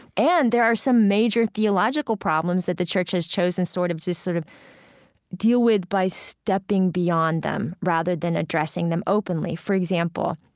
and there are some major theological problems that the church has chosen sort of just to sort of deal with by stepping beyond them rather than addressing them openly. for example,